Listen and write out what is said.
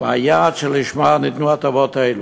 והיעד שלשמו ניתנו הטבות אלו.